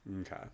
Okay